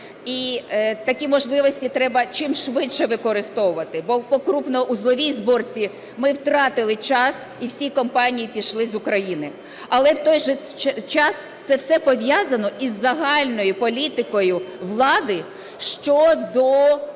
і такі можливості треба чим швидше використовувати, бо по крупновузловій зборці ми втратили час і всі компанії пішли з України. Але в той же час це все пов'язано із загальною політикою влади щодо вирішення